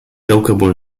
كوكب